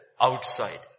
Outside